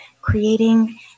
creating